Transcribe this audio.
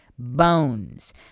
Bones